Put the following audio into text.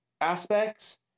aspects